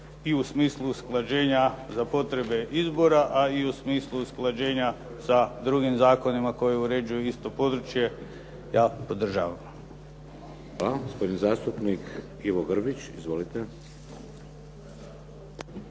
i u smislu usklađenja za potrebe izbora a i u smislu usklađenja sa drugim zakonima koji uređuju isto područje ja podržavam. **Šeks, Vladimir (HDZ)** Hvala. Gospodin zastupnik Ivo Grbić. Izvolite.